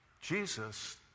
Jesus